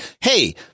hey